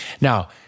Now